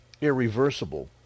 irreversible